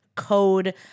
code